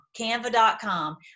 canva.com